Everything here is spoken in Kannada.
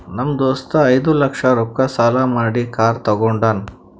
ನಮ್ ದೋಸ್ತ ಐಯ್ದ ಲಕ್ಷ ರೊಕ್ಕಾ ಸಾಲಾ ಮಾಡಿ ಕಾರ್ ತಗೊಂಡಾನ್